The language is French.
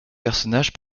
personnages